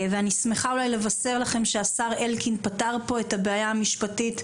ואני שמחה אולי לבשר לכם שהשר אלקין פתר פה את הבעיה המשפטית,